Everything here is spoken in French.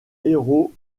héros